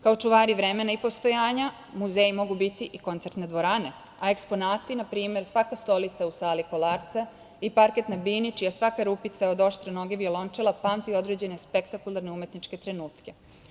Kao čuvari vremena i postojanja muzeji mogu biti i koncertne dvorane, a eksponati npr. svaka stolica u sali Kolarca i parket na bini čija svaka rupica od oštre noge violončela pamti određene spektakularne umetničke trenutke.